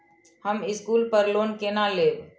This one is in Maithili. हम स्कूल पर लोन केना लैब?